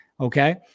Okay